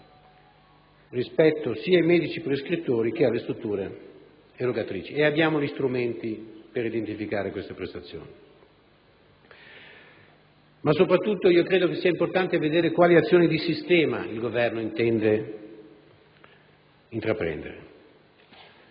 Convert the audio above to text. rispetto sia ai medici prescrittori che alle strutture erogatrici (e abbiamo gli strumenti per identificare queste prestazioni). Soprattutto, credo sia importante vedere quali azioni di sistema il Governo intende intraprendere;